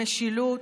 המשילות,